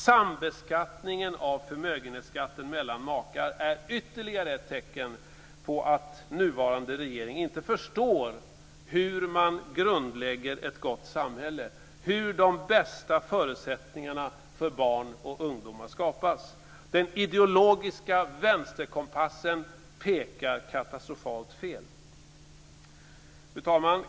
Sambeskattningen av förmögenhetsskatten mellan makar är ytterligare ett tecken på att nuvarande regering inte förstår hur man grundlägger ett gott samhälle, hur de bästa förutsättningarna för barn och ungdomar skapas. Den ideologiska vänsterkompassen pekar katastrofalt fel. Fru talman!